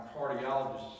cardiologist